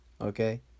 okay